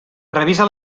revisa